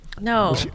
No